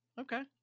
Okay